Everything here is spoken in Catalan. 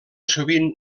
sovint